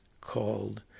called